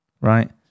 right